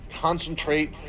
concentrate